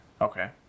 Okay